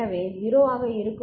எனவே இது 0 ஆக இருக்கும்